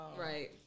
right